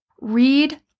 Read